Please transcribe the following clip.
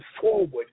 forward